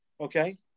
okay